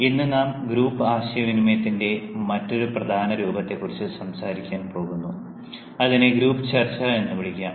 ഇന്ന് നാം ഗ്രൂപ്പ് ആശയവിനിമയത്തിന്റെ മറ്റൊരു പ്രധാന രൂപത്തെക്കുറിച്ച് സംസാരിക്കാൻ പോകുന്നു അതിനെ ഗ്രൂപ്പ് ചർച്ച എന്ന് വിളിക്കാം